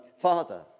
father